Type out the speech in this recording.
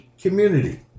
community